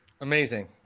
Amazing